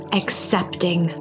accepting